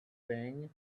thing